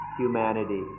humanity